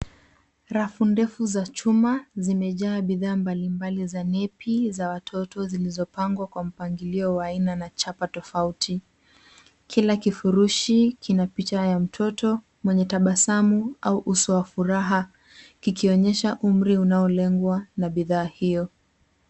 Rafu ndefu za chuma zimejaa bidhaa mbalimbali za nepi za watoto zilizopangwa kwa mpangilio wa aina na chapa tofauti. Kila kifurushi kina picha ya mtoto mwenye tabasamu au uso wa furaha, kikionyesha umri unaolengwa na bidhaa hiyo.